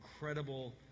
incredible